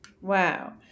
Wow